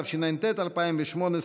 התשע"ט 2018,